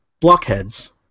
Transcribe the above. blockheads